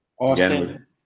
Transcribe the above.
Austin